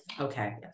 Okay